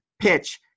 PITCH